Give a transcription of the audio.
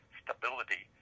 stability